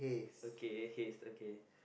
okay heist okay